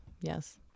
yes